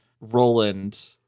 Roland